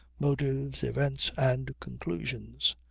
motives, events and conclusions.